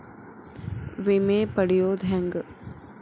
ವಿಮೆ ಪಡಿಯೋದ ಹೆಂಗ್?